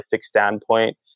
standpoint